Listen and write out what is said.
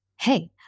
hey